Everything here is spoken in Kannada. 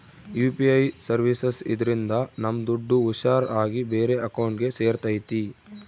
ಯು.ಪಿ.ಐ ಸರ್ವೀಸಸ್ ಇದ್ರಿಂದ ನಮ್ ದುಡ್ಡು ಹುಷಾರ್ ಆಗಿ ಬೇರೆ ಅಕೌಂಟ್ಗೆ ಸೇರ್ತೈತಿ